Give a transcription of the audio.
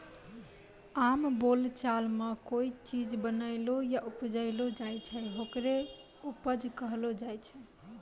आम बोलचाल मॅ कोय चीज बनैलो या उपजैलो जाय छै, होकरे उपज कहलो जाय छै